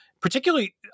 Particularly